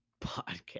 podcast